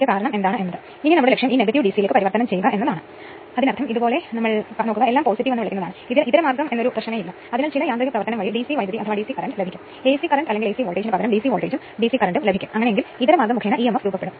കുറഞ്ഞ വോൾട്ടേജുള്ള winding short circuit ഉപയോഗിച്ച് 230 വോൾട്ടിലാണ് ഉയർന്ന വോൾട്ടേജ് വിൻഡിംഗ് നൽകുന്നത്